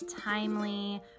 timely